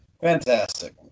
Fantastic